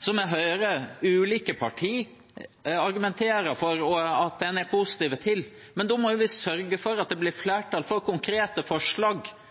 som jeg hører ulike partier argumentere med at de er positive til. Men da må vi sørge for at det blir flertall for konkrete forslag